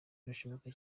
birashoboka